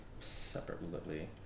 separately